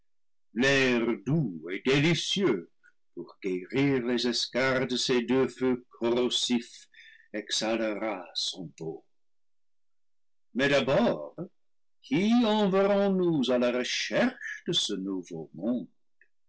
doux et délicieux pour guérir les escarres de ces deux feux corrosifs exhalera son baume mais d'abord qui enverrons nous à la recherche de ce nou veau monde